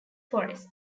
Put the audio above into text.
forests